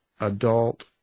adult